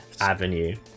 avenue